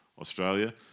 Australia